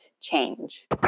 change